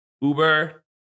Uber